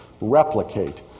replicate